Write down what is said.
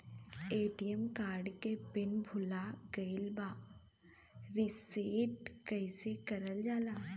ATM card के PIN भूला गइल बा रीसेट कईसे करल जाला?